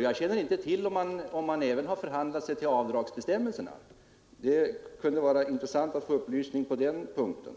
Jag känner inte till om de även förhandlat sig till avdragsbestämmelserna. Det kunde vara intressant att få upplysning på den punkten.